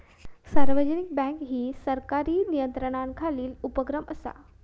सार्वजनिक बँक ही सरकारी नियंत्रणाखालील उपक्रम असा